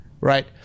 right